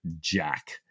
Jack